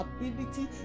ability